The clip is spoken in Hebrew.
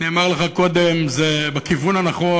נאמר לך קודם, זה בכיוון הנכון.